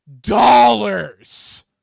dollars